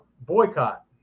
boycott